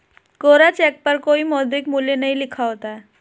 कोरा cheque पर कोई मौद्रिक मूल्य नहीं लिखा होता है